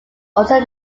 also